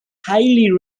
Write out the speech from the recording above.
highly